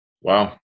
Wow